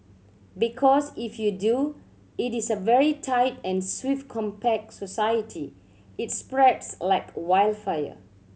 because if you do it is a very tight and swift compact society it spreads like wild fire